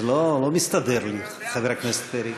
זה לא מסתדר לי, חבר הכנסת פרי.